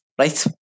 Right